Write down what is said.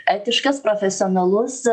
etiškas profesionalus